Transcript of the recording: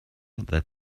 that